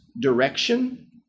direction